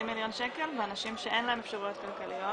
מיליון שקל ואנשים שאין להם אפשרויות כלכליות